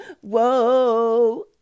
whoa